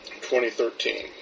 2013